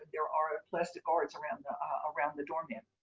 there are ah plastic guards around the around the doorman.